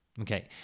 okay